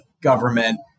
government